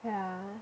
yeah